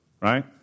right